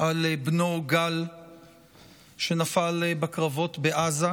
על בנו גל שנפל בקרבות בעזה,